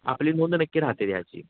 आपली नोंद नक्की राहते त्याची